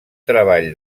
treball